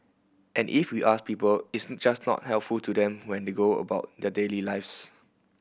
and if we ask people it's just not helpful to them when they go about their daily lives